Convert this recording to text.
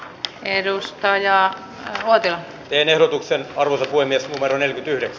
me kari uotilan ehdotukseen harvalukuinen sai